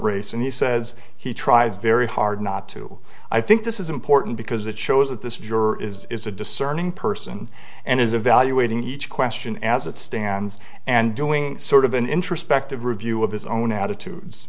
race and he says he tries very hard not to i think this is important because it shows that this juror is a discerning person and is evaluating each question as it stands and doing sort of an introspective review of his own attitudes